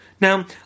Now